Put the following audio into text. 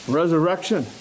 resurrection